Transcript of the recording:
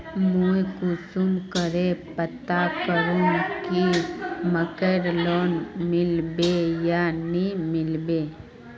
मुई कुंसम करे पता करूम की मकईर लोन मिलबे या नी मिलबे?